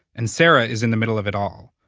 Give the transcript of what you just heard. and sarah is in the middle of it all.